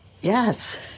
Yes